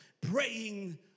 praying